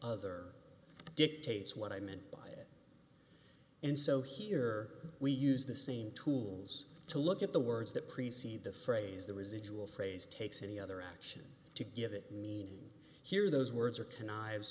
other dictates what i meant by it and so here we use the same tools to look at the words that preceded the phrase the residual phrase takes any other action to give it meaning hear those words or connive